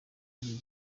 kabiri